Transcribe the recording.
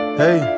hey